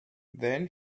then